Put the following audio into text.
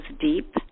deep